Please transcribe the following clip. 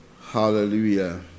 Hallelujah